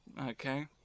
Okay